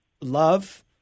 love